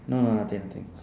no no nothing nothing